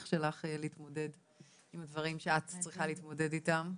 שלך להתמודד עם הדברים שאת צריכה להתמודד איתם,